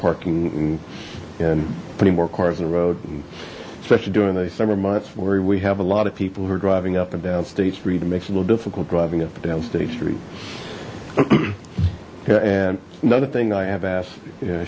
parking and putting more cars in the road especially during the summer months where we have a lot of people who are driving up and down state street makes a little difficult driving up a down state street and another thing i have asked